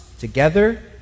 together